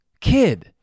kid